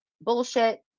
bullshit